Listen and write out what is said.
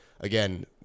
again